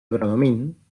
bradomín